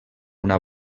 una